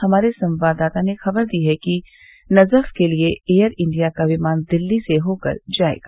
हमारे संवाददाता ने ख़बर दी है कि नजफ़ के लिये एयर इंडिया का विमान दिल्ली से होकर जाएगा